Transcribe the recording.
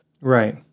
Right